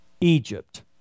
Egypt